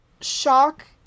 Shock